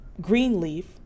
Greenleaf